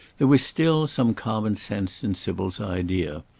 there was still some common sense in sybil's idea.